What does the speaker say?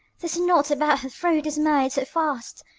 this knot about her throat is made so fast!